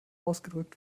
ausgedrückt